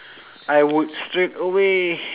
I would straight away